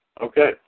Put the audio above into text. Okay